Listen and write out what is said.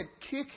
kick